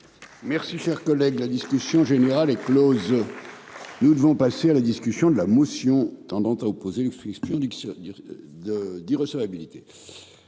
Merci, chers collègues, la discussion générale est Close. Nous devons passer à la discussion de la motion tendant à opposer luxe exclure du. De d'irrecevabilité.